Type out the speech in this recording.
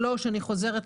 אני מבין שמבקשים למחוק את